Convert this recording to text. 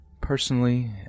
Personally